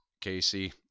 Casey